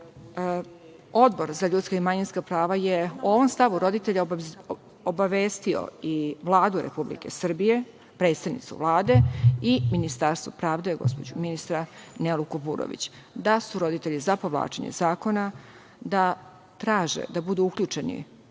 Odbor za ljudska i manjinska prava je o ovom stavu roditelja obavestio i Vladu Republike Srbije, predsednicu Vlade i Ministarstvo pravde, gospođu ministra Nelu Kuburović, da su roditelji za povlačenje zakona, da traže da budu uključeni